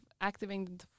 activating